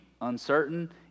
uncertain